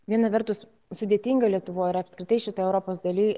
viena vertus sudėtinga lietuvoj ir apskritai šitoj europos daly